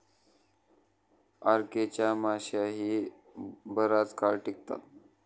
RK च्या माश्याही बराच काळ टिकतात